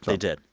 they did.